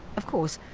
of course,